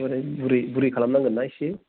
बोराइ बुरि बुरि खालामनांगोन ना एसे